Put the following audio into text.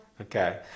Okay